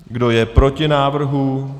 Kdo je proti návrhu?